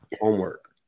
homework